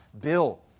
Bill